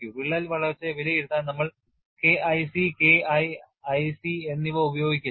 വിള്ളൽ വളർച്ചയെ വിലയിരുത്താൻ നമ്മൾ K IC K IIC എന്നിവ ഉപയോഗിക്കില്ല